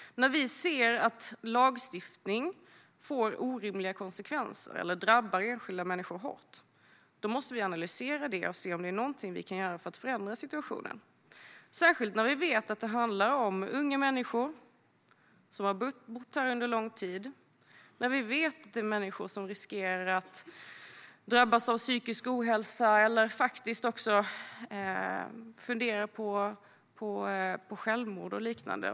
När vi ser att lagstiftning får orimliga konsekvenser eller drabbar enskilda människor hårt måste vi analysera det och se om det finns något vi kan göra för att förändra situationen. Detta gäller särskilt när vi vet att det handlar om unga människor som har bott här under lång tid och när vi vet att det handlar om människor som riskerar att drabbas av psykisk ohälsa eller faktiskt också funderar på självmord och liknande.